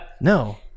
No